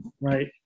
right